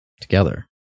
together